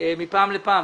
מפעם לפעם,